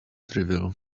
trivial